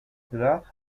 ciudad